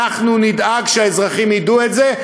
אנחנו נדאג שהאזרחים ידעו את זה,